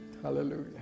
Hallelujah